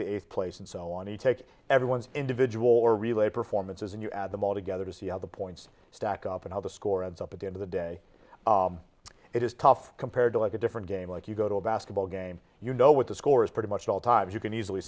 eighth place and so on and take everyone's individual relay performances and you add them all together to see how the points stack up and how the score adds up at the end of the day it is tough compared to like a different game like you go to a basketball game you know what the score is pretty much all times you can easily